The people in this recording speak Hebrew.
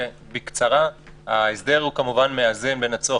לכן צריך להבין שהקונטקסט פה הוא של חוק